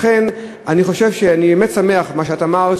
לכן אני באמת שמח על מה שאמרת,